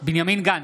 בנימין גנץ,